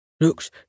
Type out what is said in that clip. looks